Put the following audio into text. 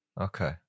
Okay